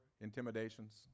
intimidations